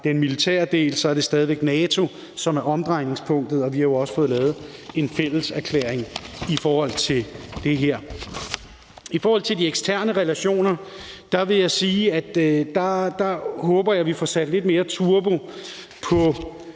den militære del, at det stadig væk er NATO, som er omdrejningspunktet, og vi har jo også fået lavet en fælles erklæring om det her. I forhold til de eksterne relationer vil jeg sige, at der håber jeg, at vi får sat lidt mere turbo på